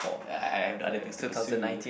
I I have other things to pursue